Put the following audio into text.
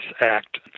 Act